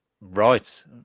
Right